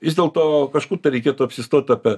vis dėlto kažkur tai reikėtų apsistot apie